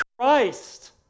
Christ